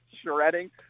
shredding